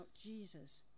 Jesus